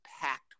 packed